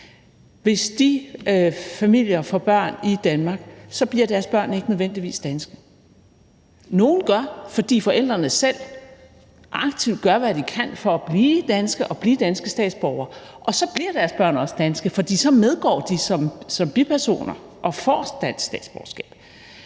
Hvis de familier får børn i Danmark, bliver deres børn ikke nødvendigvis danske. Nogle gør, fordi forældrene selv aktivt gør, hvad de kan for at blive danske og blive danske statsborgere, og så bliver deres børn også danske, fordi de så følger med som bipersoner og får dansk statsborgerskab.